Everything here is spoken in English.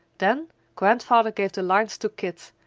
then grandfather gave the lines to kit,